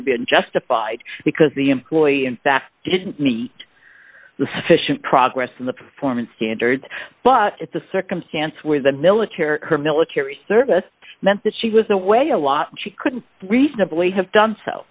have been justified because the employee in fact didn't meet the sufficient progress in the performance standards but it's a circumstance where the military her military service meant that she was away a lot she couldn't reasonably have done so